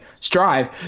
strive